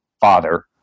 father